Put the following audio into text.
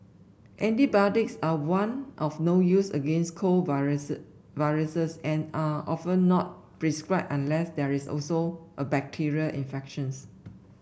antibiotics are one of no use against cold viruses and are often not prescribed unless there is also a bacterial infection